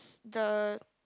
the